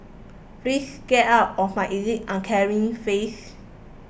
please get out of my elite uncaring face